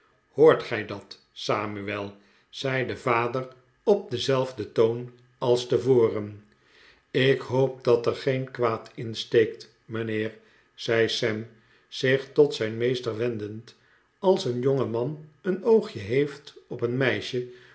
hoort gij dat samuel zei de vader op denzelfden toon als tevoren ik hoop dat er geen kwaad in steekt mijnheer zei sam zich tot zijn meester wendend als een jongeman een oogje heeft op een meisje